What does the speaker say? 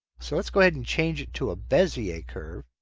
so, let's go ahead and change it to a bezier curve.